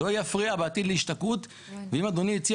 זה לא יפריע בעתיד להשתקעות ואם אדוני הציע